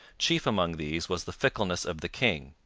chief among these was the fickleness of the king.